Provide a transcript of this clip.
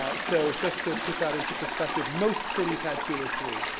ah so, just to put that into perspective, most cities had two or three.